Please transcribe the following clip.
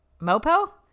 Mopo